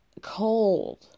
cold